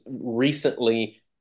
recently